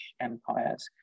empires